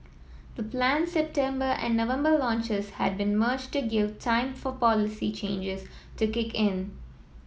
the planned September and November launches had been merged to give time for policy changes to kick in